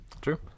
True